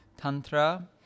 tantra